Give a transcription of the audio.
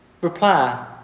reply